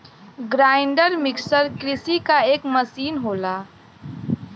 grinder mixer कृषि क एक मसीन होला